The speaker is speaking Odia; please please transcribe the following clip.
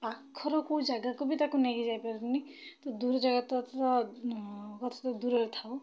ପାଖରୁ କେଉଁ ଜାଗାକୁ ବି ତାକୁ ନେଇକି ଯାଇପାରୁନି ତ ଦୂର ଜାଗା ତ କଥା ତ ଦୂରରେ ଥାଉ